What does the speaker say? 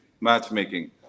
matchmaking